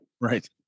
right